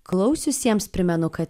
klausiusiems primenu kad